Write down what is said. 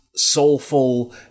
Soulful